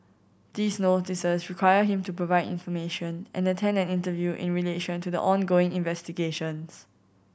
these Notices require him to provide information and attend an interview in relation to the ongoing investigations